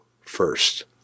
first